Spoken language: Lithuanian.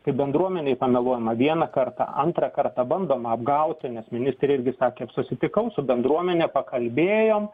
kai bendruomenei pameluojama vieną kartą antrą kartą bandoma apgauti nes ministrė irgi sakė susitikau su bendruomene pakalbėjom